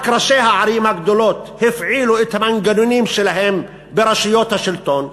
רק ראשי הערים הגדולות הפעילו את המנגנונים שלהם ברשויות השלטון,